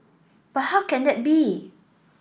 but how can that be